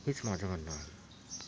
हेच माझं म्हणणं आहे